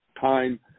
time